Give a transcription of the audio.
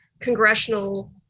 congressional